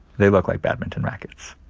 they look like badminton rackets